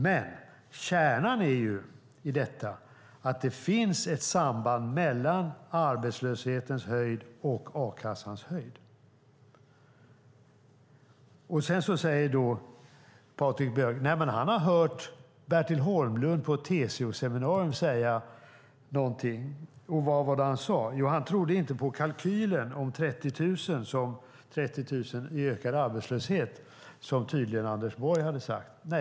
Men kärnan i detta är att det finns ett samband mellan arbetslöshetens höjd och a-kassans höjd. Sedan säger Patrik Björck att han har hört Bertil Holmlund säga någonting på ett TCO-seminarium. Vad var det han sade? Jo, han sade att han inte trodde på kalkylen om 30 000 i ökad arbetslöshet som Anders Borg tydligen hade sagt.